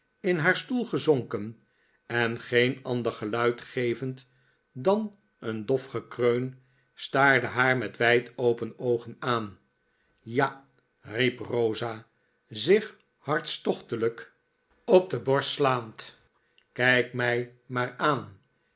in haar stoel gezonken en geen ander geluid gevend dan een dof gekreun staarde haar met wijd open oogen aan ja riep rosa zich hartstochtelijk op de borst slaand kijk mij maar aan